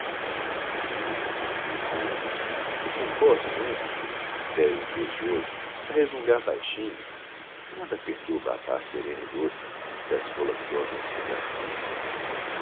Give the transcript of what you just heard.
o mundo o mundo e que te importa o mundo velho invejoso a resmungar baixinho nada perturba a paz serena e doce que as rolas gozam no seu